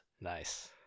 Nice